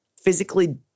physically